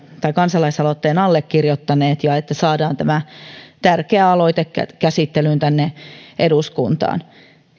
tämän kansalaisaloitteen allekirjoittaneet siitä että saadaan tämä tärkeä aloite käsittelyyn tänne eduskuntaan